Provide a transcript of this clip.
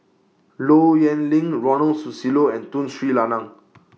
Low Yen Ling Ronald Susilo and Tun Sri Lanang